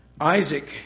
Isaac